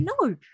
No